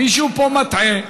מישהו פה מטעה.